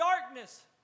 darkness